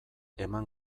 eman